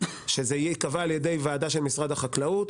שזה ייקבע על ידי ועדה של משרד החקלאות,